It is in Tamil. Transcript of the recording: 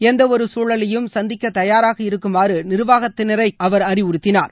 எந்தவொர சூழலையும் சந்திக்க தயாராக இருக்குமாறு நிர்வாகத்தினரை அவர் அறிவுறுத்தினார்